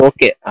Okay